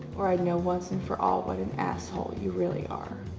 or i know once and for all what an asshole you really are.